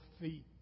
feet